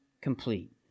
complete